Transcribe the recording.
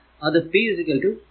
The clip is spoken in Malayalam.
അത് p 16 12 വാട്ട് ആണ്